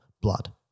blood